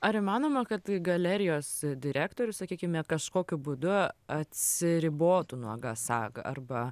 ar įmanoma kad galerijos direktorius sakykime kažkokiu būdu atsiribotų nuo gasag arba